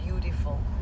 beautiful